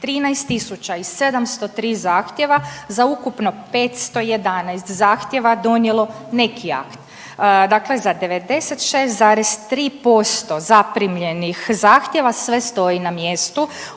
13 703 zahtjeva za ukupno 511 zahtjeva donijelo neki akt. Dakle, za 96,3% zaprimljenih zahtjeva sve stoji na mjestu,